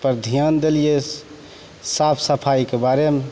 तब ध्यान देलियै साफ सफाइके बारेमे